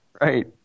Right